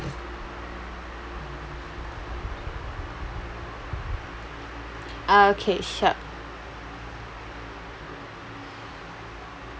okay sure